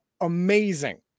amazing